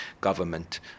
government